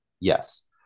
yes